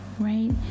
right